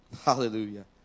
Hallelujah